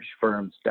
firms